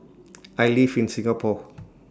I live in Singapore